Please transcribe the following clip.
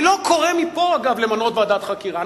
דרך אגב, אני לא קורא מפה למנות ועדת חקירה.